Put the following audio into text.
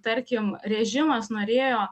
tarkim režimas norėjo